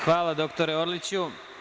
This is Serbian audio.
Hvala dr Orliću.